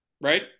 right